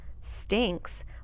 stinks